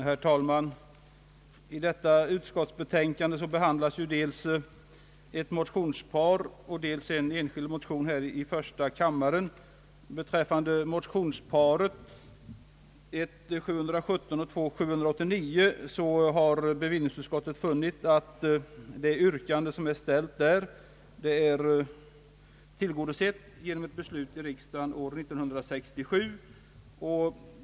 Herr talman! I detta betänkande behandlas dels ett motionspar, dels en enskild motion i första kammaren. Beträffande motionsparet I: 717 och II: 789 har bevillningsutskottet funnit, att det yrkande som ställts redan är tillgodosett genom ett beslut i riksdagen år 1967.